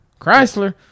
Chrysler